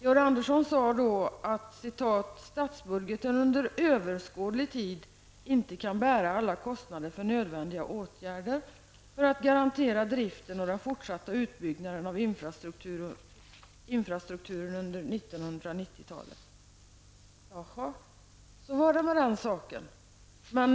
Georg Andersson sade då att statsbudgeten under överskådlig tid inte kan bära alla kostnader för nödvändiga åtgärder för att garantera driften och den fortsatta utbyggnaden av infrastrukturen under 1990-talet. Så var det med den saken.